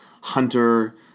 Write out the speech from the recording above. hunter